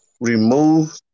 remove